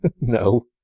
No